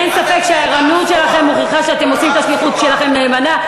אין ספק שהערנות שלכם מוכיחה שאתם עושים את השליחות שלכם נאמנה,